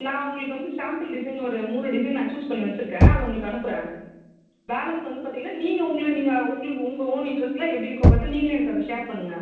நான் உங்களுக்கு வந்து சாம்பிள் டிசைன் ஒரு மூணு டிசைன் நான் சூஸ் பண்ணி வெச்சிருக்கேன் அதை உங்களுக்கு அனுப்புகிறேன் பேலன்ஸ் வந்து பார்த்தீங்கன்னா நீங்கள் உங்களுக்கு நீங்கள் உங்களுக்கு உங்கள் ஓன் இண்ட்ரெஸ்ட்டில் எப்படி இருக்கோ பார்த்து நீங்களே அதை எனக்கு ஷேர் பண்ணுங்கள்